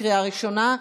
לקריאה ראשונה,